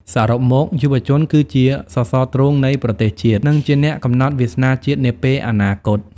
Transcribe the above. សរុបមក យុវជនគឺជាសសរទ្រូងនៃប្រទេសជាតិ និងជាអ្នកកំណត់វាសនាជាតិនាពេលអនាគត។